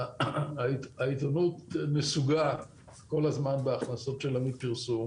העיתונות נסוגה כל הזמן בהכנסות שלה מפרסום